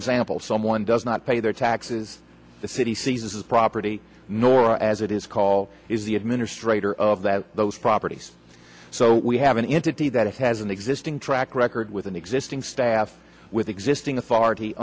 example someone does not pay their taxes the city seizes property nor as it is called is the administrator of that those properties so we have an entity that has an existing track record with an existing staff with existing authority